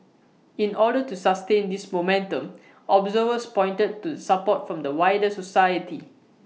in order to sustain this momentum observers pointed to the support from the wider society